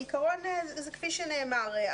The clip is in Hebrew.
בעיקרון, זה כפי שנאמר.